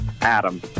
Adam